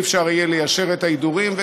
אי-אפשר יהיה ליישר את ההדורים,